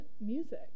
music